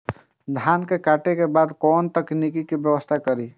धान के काटे के बाद कोन तकनीकी व्यवस्था करी?